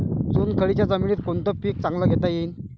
चुनखडीच्या जमीनीत कोनतं पीक चांगलं घेता येईन?